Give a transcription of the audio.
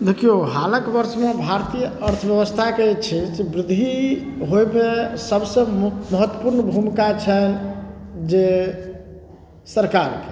देखियौ हालक बर्षमे भारतीय अर्थब्यवस्थाकेँ जे छै से बृद्धि होइमे सभसँ बेसी महत्वपूर्ण भूमिका छनि जे सरकार के